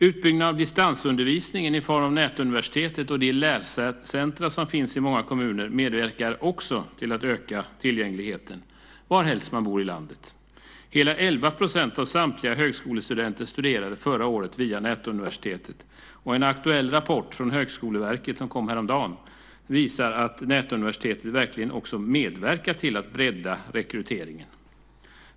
Utbyggnaden av distansundervisningen i form av Nätuniversitetet och de lärcentra som finns i många kommuner medverkar också till att öka tillgängligheten varhelst man bor i landet. Hela 11 % av samtliga högskolestudenter studerade förra året via Nätuniversitetet. En aktuell rapport från Högskoleverket som kom häromdagen visar att Nätuniversitetet verkligen också medverkar till att bredda rekryteringen.